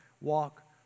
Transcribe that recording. walk